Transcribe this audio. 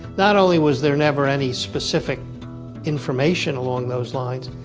not only was there never any specific information along those lines,